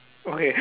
okay